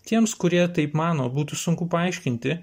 tiems kurie taip mano būtų sunku paaiškinti